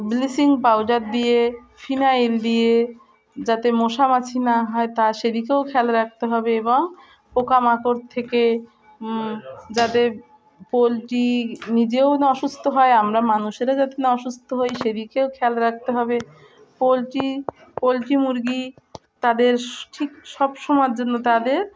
bleaching powder দিয়ে phenyl দিয়ে যাতে মশা মাছি না হয় তা সেদিকেও খেয়াল রাখতে হবে এবং পোকামাকড় থেকে যাতে পোলট্রি নিজেও না অসুস্থ হয় আমরা মানুষেরা যাতে না অসুস্থ হই সেদিকেও খেয়াল রাখতে হবে পোলট্রি পোলট্রি মুরগি তাদের ঠিক সব সমময় জন্য তাদের